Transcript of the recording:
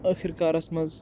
ٲخر کارَس منٛز